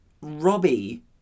Robbie